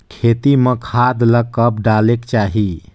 खेती म खाद ला कब डालेक चाही?